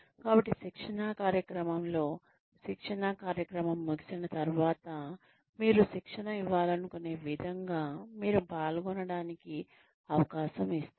కాబట్టి శిక్షణా కార్యక్రమంలో శిక్షణా కార్యక్రమం ముగిసిన తర్వాత మీరు శిక్షణ ఇవ్వాలనుకునే విధంగా మీరు పాల్గొనడానికి అవకాశం ఇస్తారు